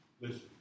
Listen